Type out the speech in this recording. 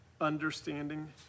understanding